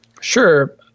Sure